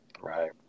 Right